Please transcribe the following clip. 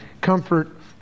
comfort